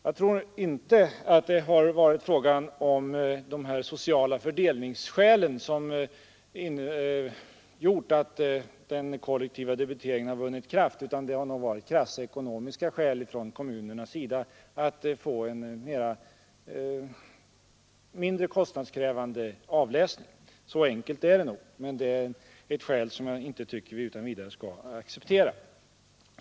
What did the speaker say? Jag tror inte att det är några sociala fördelningsskäl som gjort att den kollektiva debiteringen vunnit spridning, utan det är nog av krassa ekonomiska skäl som kommunerna försökt få till stånd en mindre kostnadskrävande avläsning. Så enkelt är det. Men det är ett skäl som jag inte tycker att vi utan vidare skall acceptera.